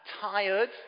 Tired